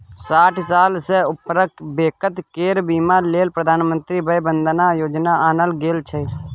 साठि साल सँ उपरक बेकती केर बीमा लेल प्रधानमंत्री बय बंदन योजना आनल गेल छै